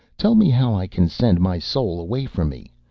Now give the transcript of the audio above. tell me how i can send my soul away from me,